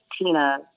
Tina